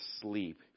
sleep